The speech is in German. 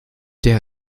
der